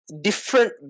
different